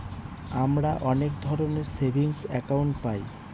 আমরা অনেক ধরনের সেভিংস একাউন্ট পায়